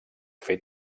fer